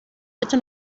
bitte